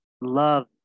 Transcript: love